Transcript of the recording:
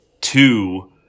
two